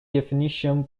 definition